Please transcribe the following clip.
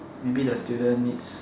maybe the student needs